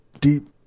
deep